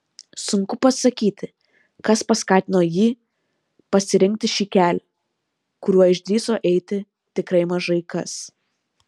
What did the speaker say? sunku pasakyti kas paskatino jį pasirinkti šį kelią kuriuo išdrįso eiti tikrai mažai kas